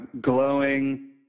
glowing